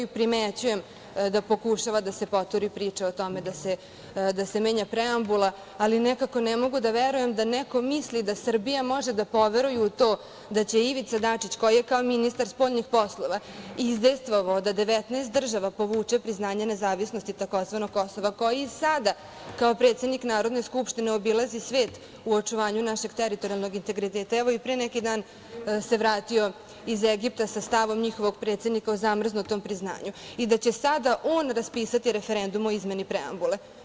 Primećujem da pokušava da se proturi priča o tome da se menja preambula, ali nekako ne mogu da verujem da neko misli da Srbija može da poveruje u to da će Ivica Dačić koji je kao ministar spoljnih poslova izdejstvovao da 19 država povuče priznanje nezavisnosti tzv. Kosova, koji i sada kao predsednik Narodne skupštine obilazi svet u očuvanju našeg teritorijalnog integriteta, evo i pre neki dan se vratio iz Egipta sa stavom njihovog predsednika o zamrznutom priznanju, i da će sada on raspisati referendum o izmeni preambule!